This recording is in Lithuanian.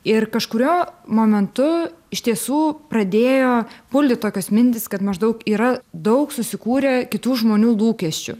ir kažkuriuo momentu iš tiesų pradėjo pulti tokios mintys kad maždaug yra daug susikūrę kitų žmonių lūkesčių